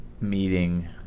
meeting